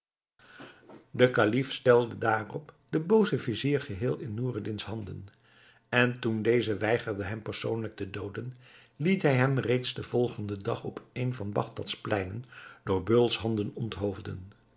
de kalif stelde daarop den boozen vizier geheel in noureddin's handen en toen deze weigerde hem persoonlijk te dooden liet hij hem reeds den volgenden dag op een van bagdad's pleinen door beulshanden onthoofden